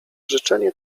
życzenie